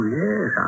yes